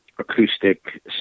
acoustic